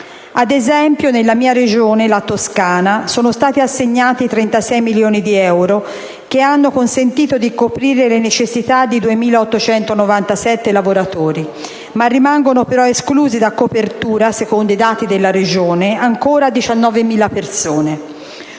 Ad esempio, nella mia Regione, la Toscana, sono stati assegnati 36 milioni di euro, che hanno consentito di coprire le necessità di 2.897 lavoratori. Rimangono però esclusi da copertura, secondo i dati della Regione, ancora 19.000 persone.